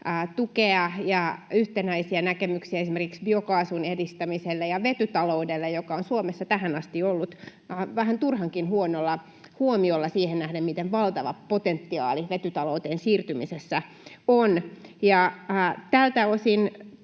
tukea ja yhtenäisiä näkemyksiä esimerkiksi biokaasun edistämiselle ja vetytaloudelle, joka on Suomessa tähän asti ollut vähän turhankin huonolla huomiolla siihen nähden, miten valtava potentiaali vetytalouteen siirtymisessä on. Tältä osin